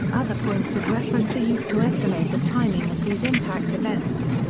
other points of reference are used to estimate the timing of these impact events.